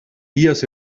vías